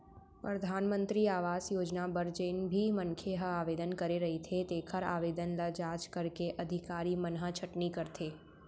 परधानमंतरी आवास योजना बर जेन भी मनखे ह आवेदन करे रहिथे तेखर आवेदन ल जांच करके अधिकारी मन ह छटनी करथे